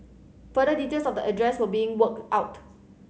further details of the address were being worked out